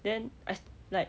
then I s~ like